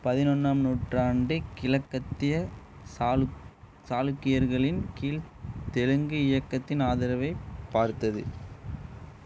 பதினொன்னாம் நூற்றாண்டு கிழக்கத்திய சாளுக் சாளுக்கியர்களின் கீழ் தெலுங்கு இயக்கத்தின் ஆதரவை பார்த்தது